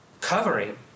covering